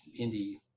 indie